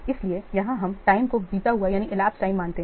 इसलिए यहां हम टाइम को elapsed टाइम मानते हैं